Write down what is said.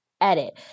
edit